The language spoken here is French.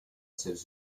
celles